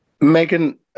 Megan